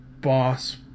boss